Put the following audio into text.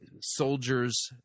soldiers